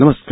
नमस्कार